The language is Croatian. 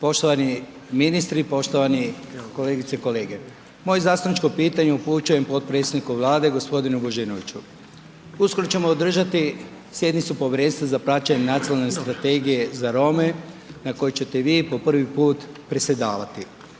Poštovani ministri, poštovani kolegice i kolege, moje zastupničko pitanje upućujem potpredsjedniku Vlade, g. Božinoviću, uskoro ćemo održati sjednicu Povjerenstva za praćenje nacionalne strategije za Rome, na koji ćete vi po prvi put predsjedavati.